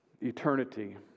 eternity